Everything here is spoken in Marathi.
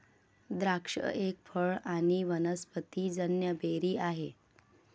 द्राक्ष एक फळ आणी वनस्पतिजन्य बेरी आहे